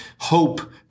hope